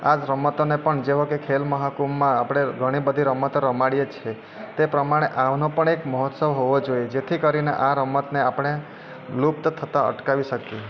આ જ રમતોને પણ જેવો કે ખેલ મહાકુંભમાં આપણે ઘણી બધી રમતો રમાડીએ છીએ તે પ્રમાણે આનો પણ એક મહોત્સવ હોવો જોઈએ જેથી કરીને આ રમતને આપણે લુપ્ત થતાં અટકાવી શકીએ